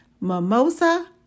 mimosa